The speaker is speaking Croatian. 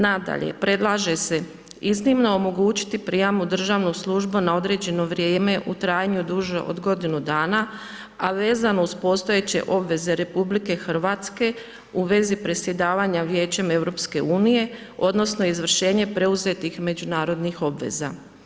Nadalje, predlaže se iznimno omogućiti prijam u državnu službu na određeno vrijeme u trajanju duže od godinu dana a vezano uz postojeće obveze RH u vezi predsjedavanja Vijećem EU, odnosno izvršenje preuzetih međunarodnih obveza.